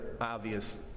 obvious